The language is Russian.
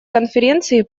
конференции